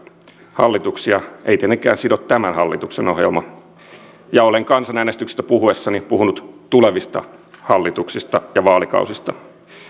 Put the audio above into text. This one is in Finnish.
hallituksia ei tietenkään sido tämän hallituksen ohjelma ja olen kansanäänestyksestä puhuessani puhunut tulevista hallituksista ja vaalikausista